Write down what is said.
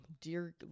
dear